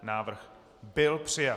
Návrh byl přijat.